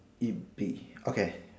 it be okay